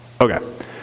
Okay